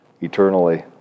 eternally